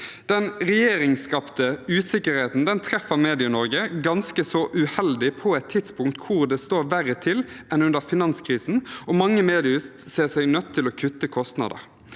regjeringsskapte usikkerheten treffer MedieNorge ganske så uheldig og på et tidspunkt hvor det står verre til enn under finanskrisen, og mange mediehus ser seg nødt til å kutte kostnader.